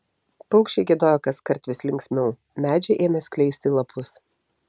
paukščiai giedojo kaskart vis linksmiau medžiai ėmė skleisti lapus